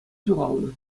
ҫухалнӑ